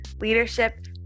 leadership